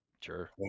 Sure